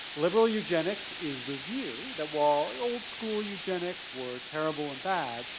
liberal eugenics is the view that while the old-school eugenics were terrible and bad,